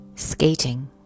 Skating